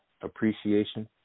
appreciation